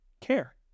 Care